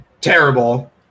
terrible